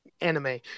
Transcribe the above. anime